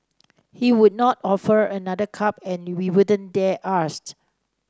he would not offer another cup and we wouldn't dare ask